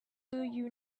you